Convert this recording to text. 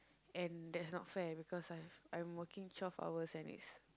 and that's not fair because I've I'm working twelve hours and it's